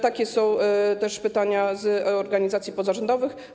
Takie są też pytania organizacji pozarządowych.